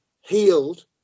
healed